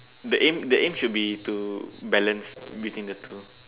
the aim the aim should be to balance between the two